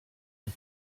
and